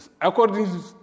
According